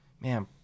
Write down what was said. man